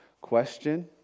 question